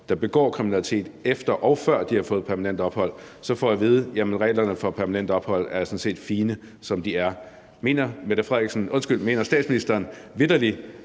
der begår kriminalitet efter og før de har fået permanent ophold, så får jeg at vide, at reglerne for permanent ophold sådan set er fine, som de er. Mener statsministeren vitterlig,